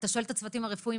אתה שואל את הצוותים הרפואיים,